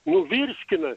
nu virškina